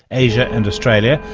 asia and australia,